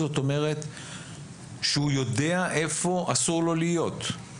זאת אומרת שהוא יודע איפה אסור לו להיות.